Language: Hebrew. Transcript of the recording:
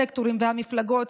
הסקטורים והמפלגות,